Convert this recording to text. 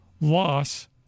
loss